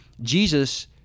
Jesus